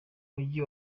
mujyi